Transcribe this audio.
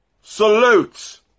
Salute